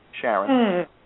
Sharon